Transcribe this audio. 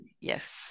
yes